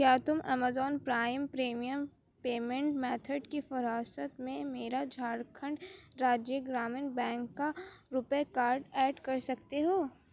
کیا تم Amazon prime premium payment method کی فراست میں میرا جھار کھنڈ راجیہ گرامین بینک کا روپے کارڈ ایڈ کر سکتے ہو